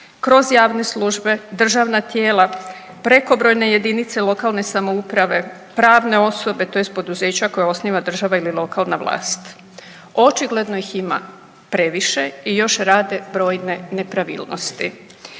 kroz javne službe, državna tijela, prekobrojne jedinice lokalne samouprave, pravne osobe tj. poduzeća koje osniva država ili lokalna vlast. Očigledno ih ima previše i još rade brojne nepravilnosti.